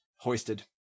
hoisted